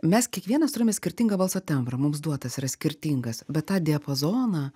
mes kiekvienas turime skirtingą balso tembrą mums duotas yra skirtingas bet tą diapazoną